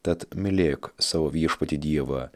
tad mylėk savo viešpatį dievą